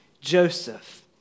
Joseph